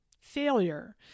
failure